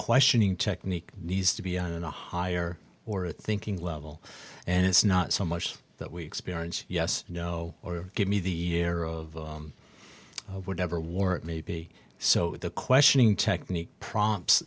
questioning technique needs to be on a higher order of thinking level and it's not so much that we experience yes no or give me the year of whatever war may be so the questioning technique prompts